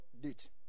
date